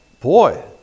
boy